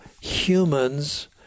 humans